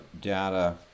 data